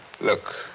Look